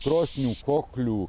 krosnių koklių